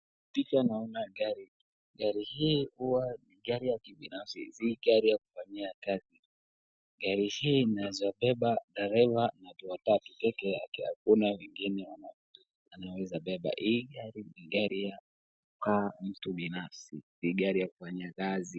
Picha naona gari. Gari hii huwa gari ya kibinafsi, si gari ya kufanyia kazi. Gari hii inaweza beba dereva na watu watatu peke yake, hakuna mwingine anaweza bebwa. Hii gari ni gari ya kukaa ya mtu binafsi si gari ya kufanyia kazi.